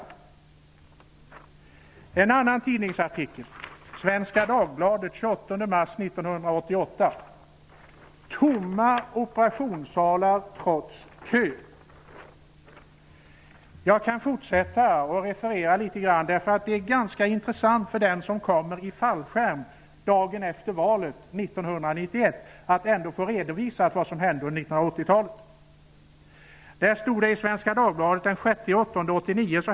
I en annan tidningsartikel från Svenska Dagbladet den 28 mars 1988 står det: Tomma operationssalar trots kö. Jag kan fortsätta att referera. För den som landade i fallskärm dagen efter valet 1991 måste det ändå vara ganska intressant att få en redovisning av vad som hände under 1980-talet.